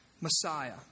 Messiah